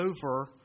over